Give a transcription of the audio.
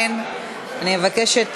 אני מבקשת